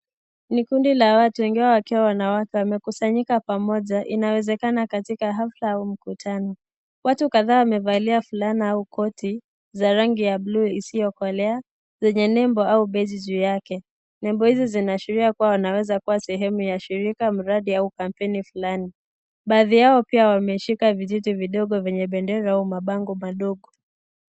Ni kundi la watu, wengi wao wakiwa wanawake. Wamekusanyika pamoja, inawezekana katika hafla au mkutano. Watu kadhaa wamevalia blesi au koti za rangi ya bluu iliokolea zenye nembo au beji juu yake. Nembo hizi zinaashiria kuwa inaweza kuwa ni sehemu ya shirika au mradi au kampeni fulani. Baadhi yao pia wameshika vijiti vidogo vyenye pendera au mabango madogo.